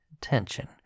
tension